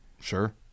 Sure